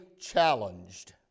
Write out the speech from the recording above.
challenged